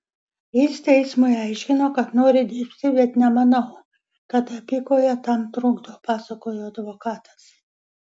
jis teismui aiškino kad nori dirbti bet nemanau kad apykojė tam trukdo pasakojo advokatas